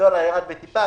הדולר ירד טיפה,